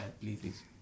please